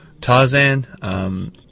Tarzan